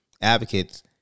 advocates